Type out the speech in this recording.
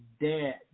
dead